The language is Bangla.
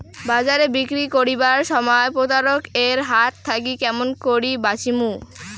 বাজারে বিক্রি করিবার সময় প্রতারক এর হাত থাকি কেমন করি বাঁচিমু?